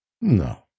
No